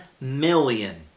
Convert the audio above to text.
million